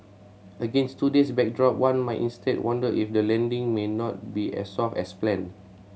against today's backdrop one might instead wonder if the landing may not be as soft as planned